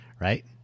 right